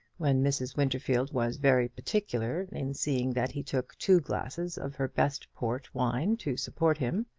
when mrs. winterfield was very particular in seeing that he took two glasses of her best port wine to support him.